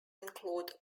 include